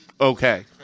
okay